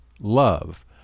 love